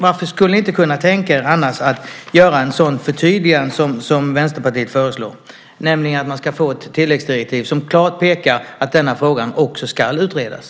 Varför skulle ni inte annars kunna tänka er att göra ett sådant förtydligande som Vänsterpartiet föreslår, nämligen att man ska få ett tilläggsdirektiv som klart pekar på att denna fråga också ska utredas?